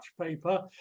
paper